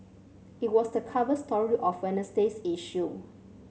it was the cover story of Wednesday's issue